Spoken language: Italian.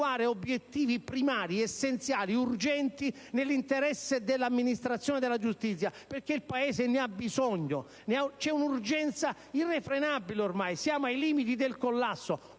obiettivi primari, essenziali, urgenti nell'interesse dell'amministrazione della giustizia? Il Paese ne ha bisogno. C'è un'urgenza assoluta ormai, siamo ai limiti del collasso.